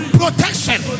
protection